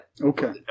Okay